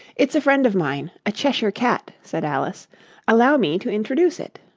it's a friend of mine a cheshire cat said alice allow me to introduce it